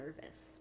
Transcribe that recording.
nervous